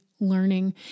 learning